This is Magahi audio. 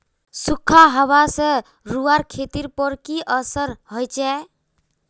सुखखा हाबा से रूआँर खेतीर पोर की असर होचए?